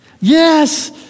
Yes